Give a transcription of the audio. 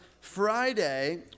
friday